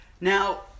Now